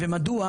ומדוע,